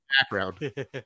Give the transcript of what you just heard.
background